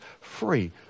free